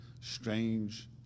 strange